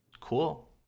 Cool